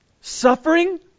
Suffering